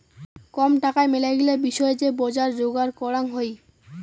কম টাকায় মেলাগিলা বিষয় যে বজার যোগার করাং হই